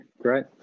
great